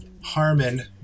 Harmon